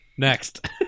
Next